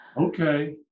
okay